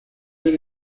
era